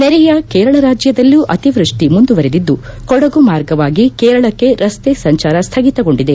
ನೆರೆಯ ಕೇರಳ ರಾಜ್ಯದಲ್ಲೂ ಅತಿವ್ಯಕ್ಷಿ ಮುಂದುವರೆದಿದ್ದು ಕೊಡಗು ಮಾರ್ಗವಾಗಿ ಕೇರಳಕ್ಕೆ ರಸ್ತೆ ಸಂಚಾರ ಸ್ನಗಿತಗೊಂಡಿದೆ